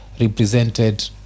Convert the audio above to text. represented